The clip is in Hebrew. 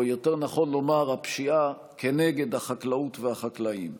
או יותר נכון לומר הפשיעה כנגד החקלאות והחקלאים.